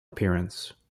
appearance